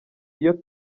iyo